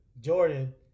Jordan